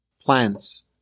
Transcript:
plants